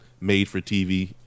made-for-TV